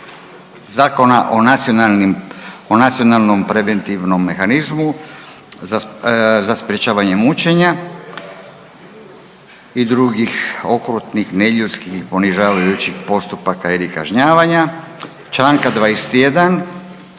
o nacionalnom preventivnom mehanizmu za sprječavanje mučenja i drugih okrutnih neljudskih ponižavajućih postupaka ili kažnjavanja, čl. 21.